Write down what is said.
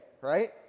right